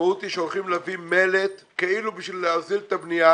המשמעות היא שהולכים להביא מלט - כאילו כדי להוזיל את הבנייה-